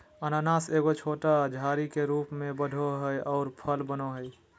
अनानास एगो छोटा झाड़ी के रूप में बढ़ो हइ और फल बनो हइ